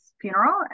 funeral